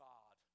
God